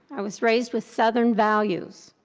i was raised with southern values.